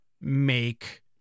make